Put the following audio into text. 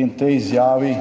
In tej izjavi